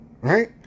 right